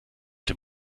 dem